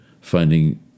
Finding